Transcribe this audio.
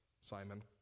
Simon